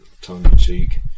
tongue-in-cheek